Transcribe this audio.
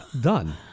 done